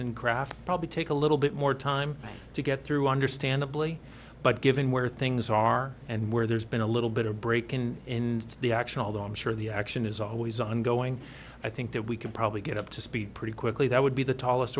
and craft probably take a little bit more time to get through understandably but given where things are and where there's been a little bit of break in the action although i'm sure the action is always ongoing i think that we could probably get up to speed pretty quickly that would be the tallest